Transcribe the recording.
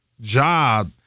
job